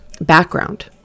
background